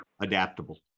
adaptable